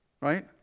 Right